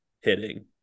hitting